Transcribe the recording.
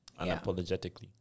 unapologetically